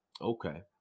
Okay